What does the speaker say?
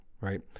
Right